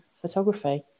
photography